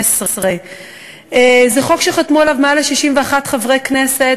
18. זה חוק שחתמו עליו מעל 61 חברי כנסת,